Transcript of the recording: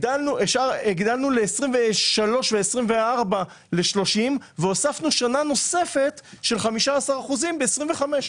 הגדלנו ב-2024-2023 ל-30% והוספנו שנה נוספת של 15% ב-2025.